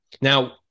Now